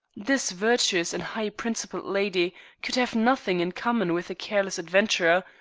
this virtuous and high-principled lady could have nothing in common with a careless adventurer,